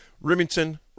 remington